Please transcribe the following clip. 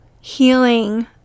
healing